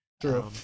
True